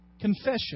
confession